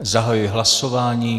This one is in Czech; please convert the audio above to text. Zahajuji hlasování.